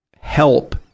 help